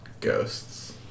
Ghosts